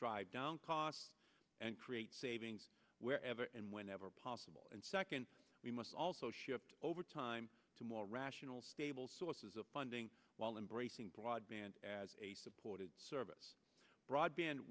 drive down costs and create savings wherever and whenever possible and second we must also ship over time to more rational stable sources of funding while embracing broadband as a supportive service broadband